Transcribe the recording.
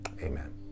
amen